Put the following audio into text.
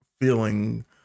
feeling